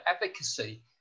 advocacy